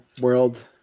world